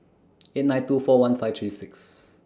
eight nine two four one five three six